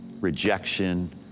rejection